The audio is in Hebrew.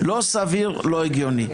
לא סביר, לא הגיוני.